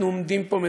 אנחנו עומדים פה,